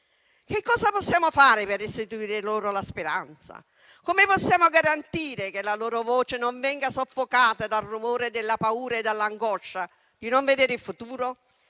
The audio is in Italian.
Che cosa possiamo fare per restituire loro la speranza? Come possiamo garantire che la loro voce non venga soffocata dal rumore della paura e dall'angoscia di non vedere il futuro?